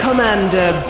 Commander